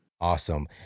Awesome